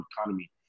economy